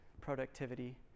productivity